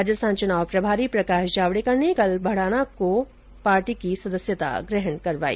राजस्थान चुनाव प्रभारी प्रकाश जावडेकर ने कल भड़ाना को पार्टी की सदस्यता ग्रहण करवाई